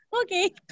okay